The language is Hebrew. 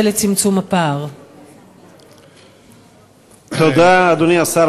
2. מה ייעשה לצמצום הפער?